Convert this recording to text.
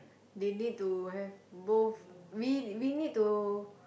they need to have both we we need to